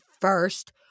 first